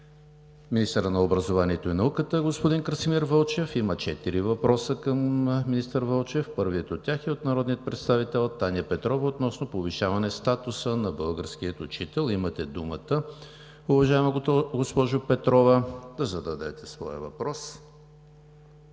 министъра на образованието и науката господин Красимир Вълчев – има четири въпроса към него. Първият от тях е от народния представител Таня Петрова относно повишаване статуса на българския учител. Уважаема госпожо Петрова, имате думата да зададете своя въпрос.